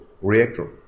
reactor